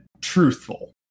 truthful